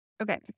Okay